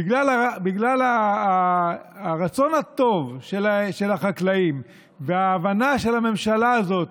בגלל הרצון הטוב של החקלאים וההבנה של הממשלה הזאת